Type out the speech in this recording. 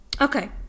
Okay